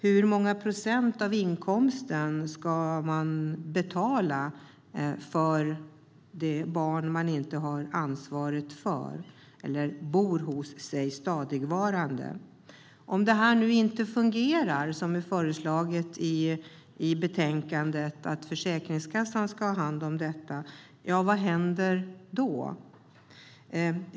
Hur många procent av inkomsten ska man betala för det barn man inte har stadigvarande boende hos sig? Vad händer om det som är föreslaget i betänkandet, nämligen att Försäkringskassan ska ha hand om detta, inte fungerar?